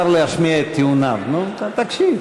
יולי, זה קצת מוגזם כבר.